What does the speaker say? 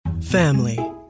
family